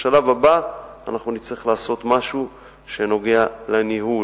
השלב הבא, אנחנו נצטרך לעשות משהו שנוגע לניהול,